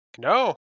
no